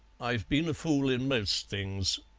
i've been a fool in most things,